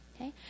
Okay